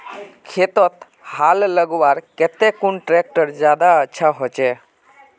खेतोत हाल लगवार केते कुन ट्रैक्टर ज्यादा अच्छा होचए?